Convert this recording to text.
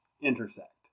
intersect